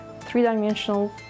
three-dimensional